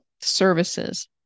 services